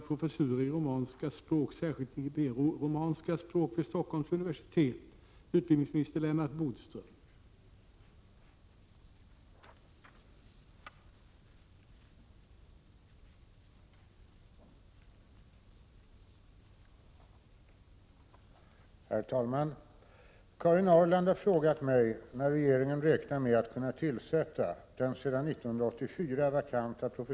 Professuren i romanska språk, särskilt i iberoromanska språk, vid Stockholms universitet har varit vakant sedan 1984. När räknar regeringen med att kunna tillsätta professuren?